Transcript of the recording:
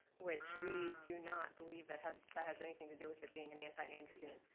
which we do not believe that has that has anything to do with it being an antiandrogen.